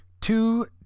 Two